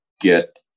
get